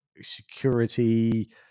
security